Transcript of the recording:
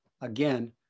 again